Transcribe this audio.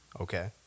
Okay